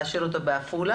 להשאיר אותו בעפולה.